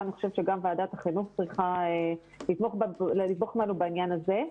גם ועדת החינוך צריכה לתמוך בנו בעניין הזה,